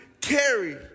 carry